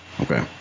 okay